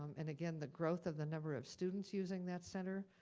um and again, the growth of the number of students using that center,